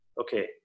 Okay